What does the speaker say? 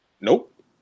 nope